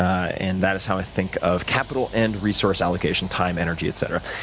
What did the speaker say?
and that is how i think of capital and resource allocation time, energy, etc.